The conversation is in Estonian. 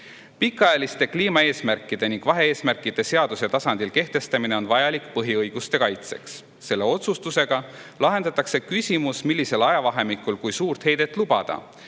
"Pikaajaliste kliimaeesmärkide ning vahe-eesmärkide seaduse tasandil kehtestamine on vajalik põhiõiguste kaitseks. Selle otsustusega lahendatakse küsimus, millisel ajavahemikul kui suurt heidet lubada.